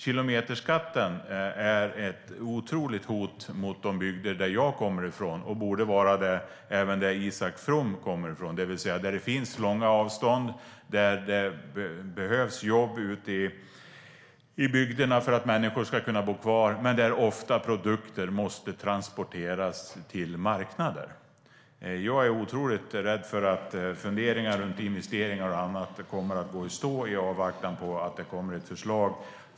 Kilometerskatten är ett otroligt hot mot de bygder som jag kommer från och borde vara det även där Isak From kommer från, det vill säga där det finns långa avstånd och där det behövs jobb ute i bygderna för att människorna ska kunna bo kvar men där produkter ofta måste transporteras till marknader. Jag är otroligt rädd för att funderingar runt investeringar och annat kommer att gå i stå i avvaktan på att det kommer ett förslag.